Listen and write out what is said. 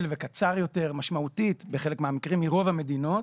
וקצר יותר משמעותית בחלק מהמקרים מרוב המדינות.